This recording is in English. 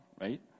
right